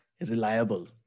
reliable